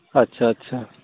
ᱟᱪᱪᱷᱟ ᱟᱪᱪᱷᱟ